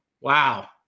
Wow